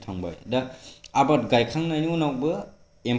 दा बे मोनसे थांबाय दा आबाद गायखांनायनि उनावबो